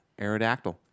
Aerodactyl